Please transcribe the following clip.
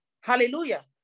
hallelujah